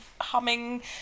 humming